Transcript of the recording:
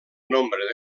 nombre